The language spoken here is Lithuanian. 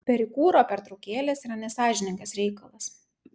perikūro pertraukėlės yra nesąžiningas reikalas